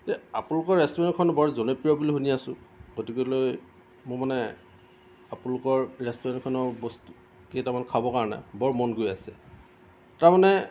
আপোনালোকৰ ৰেষ্টুৰেণ্টখন বৰ জনপ্ৰিয় বুলি শুনি আছো গতিকে লৈ মোৰ মানে আপোনালোকৰ ৰেষ্টুৰেণ্টখনৰ বস্তুকেইটামান খাবৰ কাৰণে বৰ মন গৈ আছে তাৰমানে